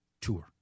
tour